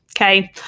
okay